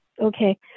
Okay